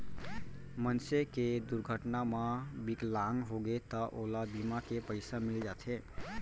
मनसे के दुरघटना म बिकलांग होगे त ओला बीमा के पइसा मिल जाथे